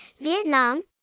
vietnam